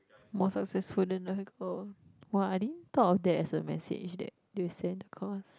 most successful than the girl !wah! I didn't thought of that as a message that they will send across